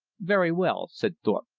very well, said thorpe.